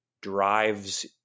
drives